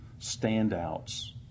standouts